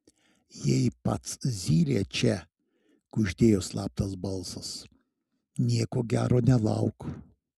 jei pats zylė čia kuždėjo slaptas balsas nieko gero nelauk